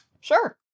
Sure